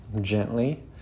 gently